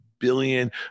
billion